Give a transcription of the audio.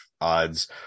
odds